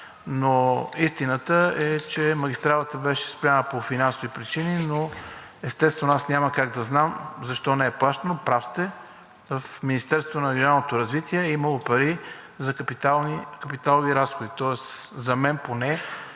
Но истината е, че магистралата беше спряна по финансови причини – естествено, аз няма как да знам защо не е плащано. Прав сте, в Министерството на регионалното развитие е имало пари за капиталови разходи, тоест за мен поне